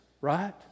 right